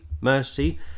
mercy